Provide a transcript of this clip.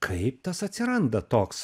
kaip tas atsiranda toks